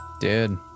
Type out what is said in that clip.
Dude